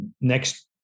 next